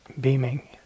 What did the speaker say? beaming